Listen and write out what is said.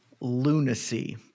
Lunacy